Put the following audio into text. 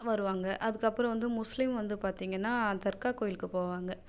வருவாங்க அதுக்கப்புறம் வந்து முஸ்லீம் வந்து பார்த்தீங்கன்னா தர்கா கோயிலுக்கு போவாங்க